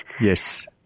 yes